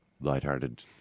lighthearted